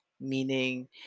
Meaning